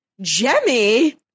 Jemmy